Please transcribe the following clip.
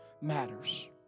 matters